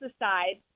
aside